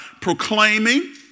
proclaiming